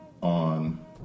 on